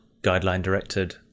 guideline-directed